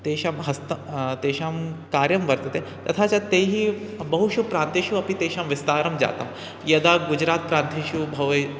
तेषां हस्तः तेषां कार्यं वर्तते तथा च तैः बहुषु प्रान्त्येषु अपि तेषां विस्तारं जातं यदा गुजरातप्रान्तेषु भवेत्